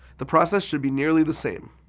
the process should be nearly the same.